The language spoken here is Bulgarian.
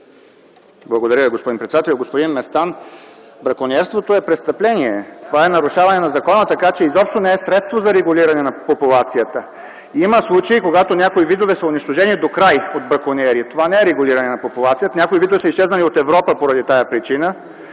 Благодаря Ви, господин председател. Господин Местан, бракониерството е престъпление, то е нарушение на закона, така че изобщо не е средство за регулиране на популацията. Има случаи, когато някои видове са унищожени докрай от бракониери, това не е регулиране на популацията. Някои видове са изчезнали от Европа по тази причина.